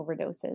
overdoses